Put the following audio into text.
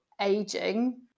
aging